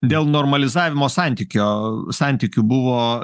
dėl normalizavimo santykio santykių buvo